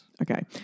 Okay